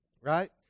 Right